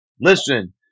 Listen